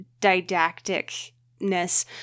didacticness